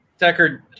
Deckard